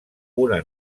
una